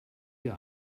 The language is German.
ihr